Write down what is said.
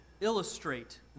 illustrate